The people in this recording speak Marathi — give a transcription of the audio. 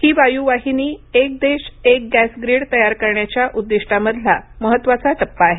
ही वायुवाहिनी एक देश एक गॅस ग्रिड तयार करण्याच्या उद्दीष्टामधला महत्त्वाचा टप्पा आहे